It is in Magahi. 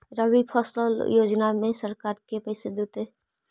रबि फसल योजना में सरकार के पैसा देतै?